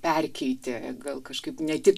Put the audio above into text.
perkeitė gal kažkaip ne tik